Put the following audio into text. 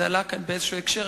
זה עלה כאן באיזשהו הקשר.